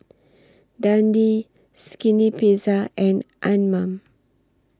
Dundee Skinny Pizza and Anmum